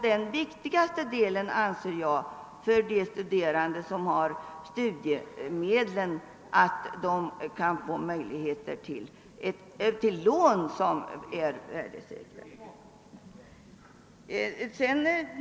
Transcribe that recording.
Det viktigaste för de studerande som har studiemedel är enligt min uppfattning att de kan få möjligheter till lån som är värdesäkra.